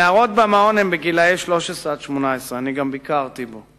הנערות במעון הן בנות 13 18. אני ביקרתי בו.